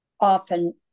often